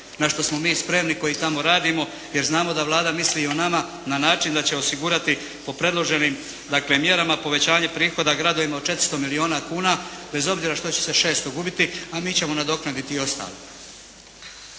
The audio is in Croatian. na što smo mi spremni koji tamo radimo jer znamo da Vlada misli i o nama na način da će osigurati po predloženim dakle mjerama, povećanje prihoda gradovima od 400 milijuna kuna, bez obzira što će se 600 gubiti, a mi ćemo nadoknaditi ostalo.